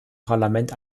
parlament